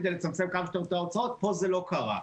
כדי לצמצם כמה שיותר את ההוצאות ופה זה לא קרה.